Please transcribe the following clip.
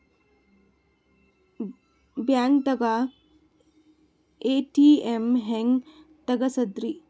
ಬ್ಯಾಂಕ್ದಾಗ ಎ.ಟಿ.ಎಂ ಹೆಂಗ್ ತಗಸದ್ರಿ?